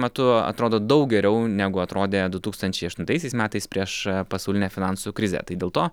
metu atrodo daug geriau negu atrodė du tūkstančiai aštuntaisiais metais prieš pasaulinę finansų krizę tai dėl to